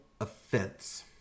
offense